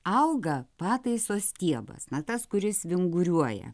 auga pataiso stiebas na tas kuris vinguriuoja